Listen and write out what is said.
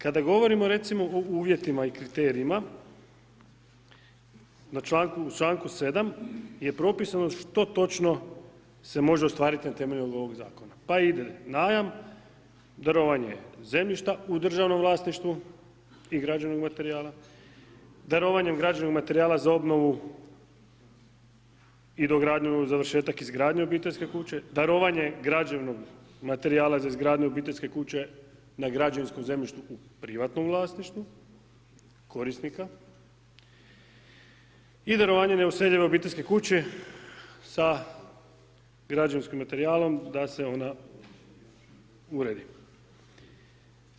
Kada govorimo recimo o uvjetima i kriterijima u članku 7. je propisano što točno se može ostvariti na temelju ovoga zakona, pa ide najam, darovanje zemljišta u državnom vlasništvu i građevinskog materijala, darovanjem građevinskog materijala za obnovu i dogradnji ili završetak izgradnje obiteljske kuće, darovanje građevinskog materijala za izgradnju obiteljske kuće na građevinskom zemljištu u privatnom vlasništvu korisnika i darovanje neuseljive obiteljske kuće sa građevinskim materijalom da se ona uredi.